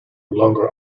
longer